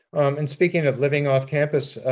and speaking of living off campus,